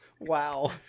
wow